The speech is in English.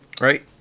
right